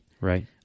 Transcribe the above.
Right